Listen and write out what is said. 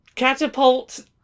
Catapult